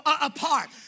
apart